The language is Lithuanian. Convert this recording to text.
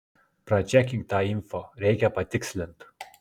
pračekink tą info reikia patikslint